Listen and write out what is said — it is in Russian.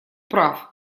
прав